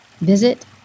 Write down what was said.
Visit